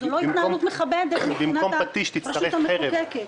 זו לא התנהלות מכבדת מבחינת הרשות המחוקקת.